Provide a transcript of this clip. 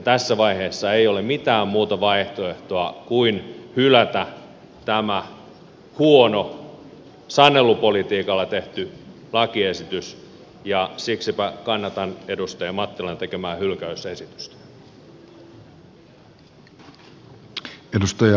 tässä vaiheessa ei ole mitään muuta vaihtoehtoa kuin hylätä tämä huono sanelupolitiikalla tehty lakiesitys ja siksipä kannatan edustaja mattilan tekemää hylkäysesitystä